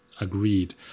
agreed